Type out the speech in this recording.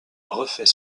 refait